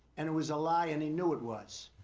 and it was a lie and he knew it was.